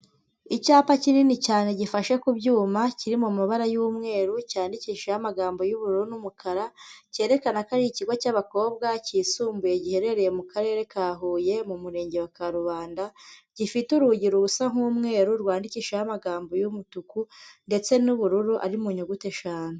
Icyapa kinini cyane gifashe ku byuma kiri mu mabara y'umweru cyandikishijeho amagambo y'ubururu n'umukara, cyerekana ko ari ikigo cy'abakobwa cyisumbuye giherereye mu karere ka Huye mu murenge wa Karubanda, gifite urugi rusa nk'umweru rwandikishijeho amagambo y'umutuku ndetse n'ubururu ari mu nyuguti eshanu.